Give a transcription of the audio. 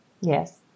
yes